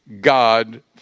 God